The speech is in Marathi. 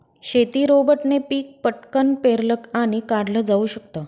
शेती रोबोटने पिक पटकन पेरलं आणि काढल जाऊ शकत